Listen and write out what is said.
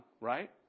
right